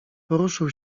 poruszył